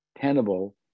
tenable